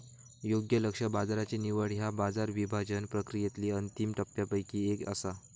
योग्य लक्ष्य बाजाराची निवड ह्या बाजार विभाजन प्रक्रियेतली अंतिम टप्प्यांपैकी एक असा